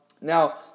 Now